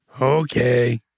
Okay